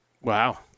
Wow